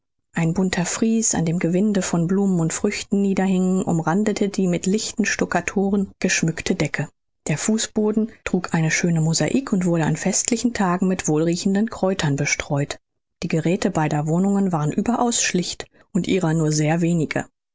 ein bunter fries an dem gewinde von blumen und früchten niederhingen umrandete die mit lichten stuckaturen geschmückte decke der fußboden trug eine schöne mosaik und wurde an festlichen tagen mit wohlriechenden kräutern bestreut die geräthe beider wohnungen waren überaus schlicht und ihrer nur sehr wenige